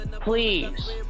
Please